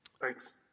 Thanks